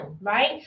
Right